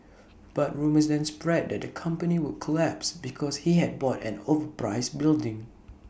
but rumours then spread that the company would collapse because he had bought an overpriced building